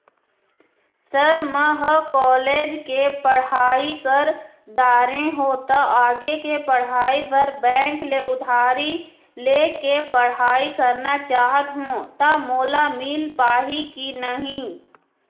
Sir म ह college के पढ़ाई कर दारें हों ता आगे के पढ़ाई बर बैंक ले उधारी ले के पढ़ाई करना चाहत हों ता मोला मील पाही की नहीं?